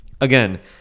again